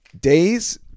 Days